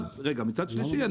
מצד שלישי,